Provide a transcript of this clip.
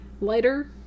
lighter